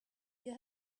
you